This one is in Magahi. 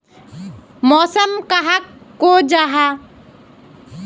मौसम कहाक को जाहा?